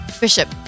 Bishop